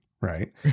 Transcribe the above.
right